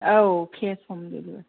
औ केश हम डेलिभारि